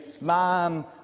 man